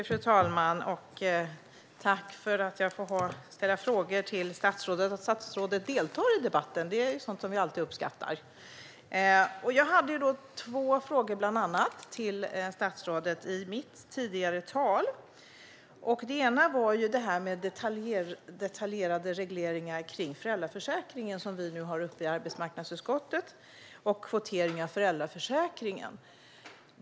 Fru talman! Jag tackar för att jag får ställa frågor till statsrådet i och med att hon deltar i debatten. Det är sådant som vi alltid uppskattar. Jag ställde två frågor till statsrådet i mitt huvudanförande. Den ena gällde det här med detaljerade regleringar av föräldraförsäkringen, som vi nu har uppe i arbetsmarknadsutskottet, och kvotering av föräldraförsäkringen.